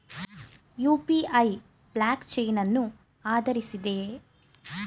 UPI block chain ಅನ್ನು ಆಧರಿಸಿದೆಯೇ?